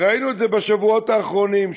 ראינו את זה בשבועות האחרונים,